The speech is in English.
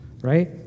right